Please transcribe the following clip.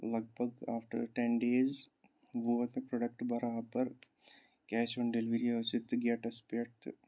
لگ بگ after ten days ووت مےٚ پروڈَکٹ برابر کیش آن ڈیٚلؤری ٲسِتھ تہٕ گیٹَس پٮ۪ٹھ تہٕ